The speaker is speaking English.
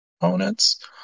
opponents